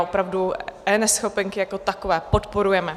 Opravdu eNeschopenky jako takové podporujeme.